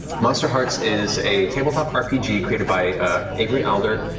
monsterhearts is a tabletop rpg created by avery alder,